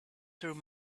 through